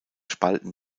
spalten